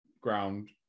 ground